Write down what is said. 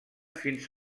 fins